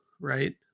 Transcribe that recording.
right